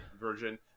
version